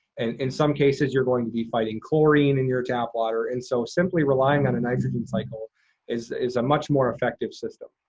and in some cases, you're going to be fighting chlorine in your tap water. and so simply relying on a nitrogen cycle is is a much more effective system.